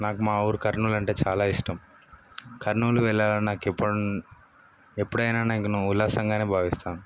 నాకు మా ఊరు కర్నూలు అంటే చాలా ఇష్టం కర్నూలు వెళ్ళాలని నాకు ఎప్పటి ఎప్పుడైనను నాకు నేను ఉల్లాసంగానే భావిస్తాను